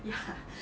ya